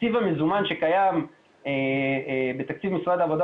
התקציב המזומן שקיים בתקציב משרד העבודה